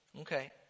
Okay